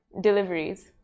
deliveries